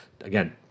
again